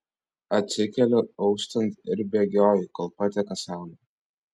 atsikeliu auštant ir bėgioju kol pateka saulė